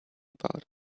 about